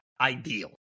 ideal